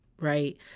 Right